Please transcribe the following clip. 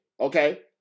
Okay